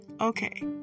Okay